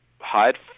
Hide